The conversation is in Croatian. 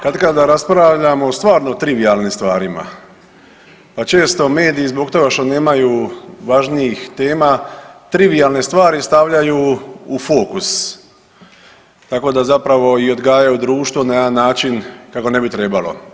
Katkada raspravljamo o stvarno trivijalnim stvarima, pa često mediji zbog toga što nemaju važnijih tema trivijalne stvari stavljaju u fokus, tako da zapravo i odgajaju društvo na jedan način kako ne bi trebalo.